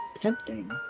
Tempting